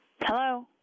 Hello